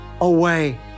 away